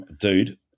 Dude